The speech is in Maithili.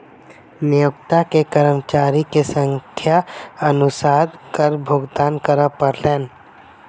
नियोक्ता के कर्मचारी के संख्या अनुसार कर भुगतान करअ पड़लैन